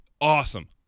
awesome